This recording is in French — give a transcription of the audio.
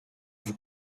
vous